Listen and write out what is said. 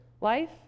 life